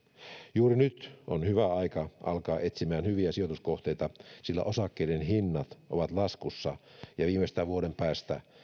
juuri nyt on hyvä aika alkaa etsimään hyviä sijoituskohteita sillä osakkeiden hinnat ovat laskussa ja viimeistään vuoden päästä